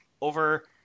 over